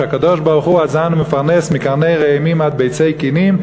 שהקדוש-ברוך-הוא הוא הזן ומפרנס מקרני ראמים עד ביצי כינים,